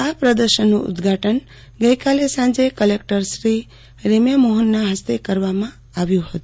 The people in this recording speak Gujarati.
આ પ્રદર્શનનું ઉદ્દઘાટન ગઇકાલે સાંજે કલેક્ટરશ્રી રેમ્યા મોહનના હસ્તે કરવામાં આવ્યું હતું